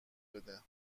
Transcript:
بده